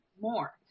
more